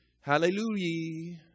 Hallelujah